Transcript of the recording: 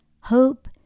hope